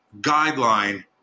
guideline